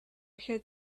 had